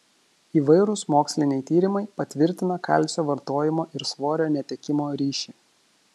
įvairūs moksliniai tyrimai patvirtina kalcio vartojimo ir svorio netekimo ryšį